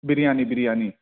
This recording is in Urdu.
بریانی بریانی